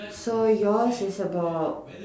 so yours is about